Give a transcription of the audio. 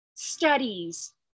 studies